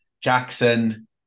Jackson